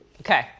Okay